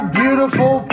beautiful